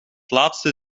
laatste